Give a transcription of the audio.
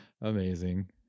amazing